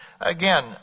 again